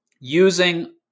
using